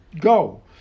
Go